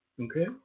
Okay